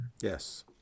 Yes